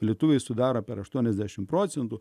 lietuviai sudaro per aštuoniasdešim procentų